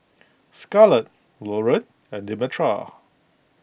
Scarlett Loren and Demetra